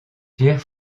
pierre